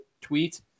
tweet